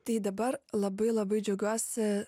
tai dabar labai labai džiaugiuosi